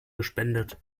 gespendet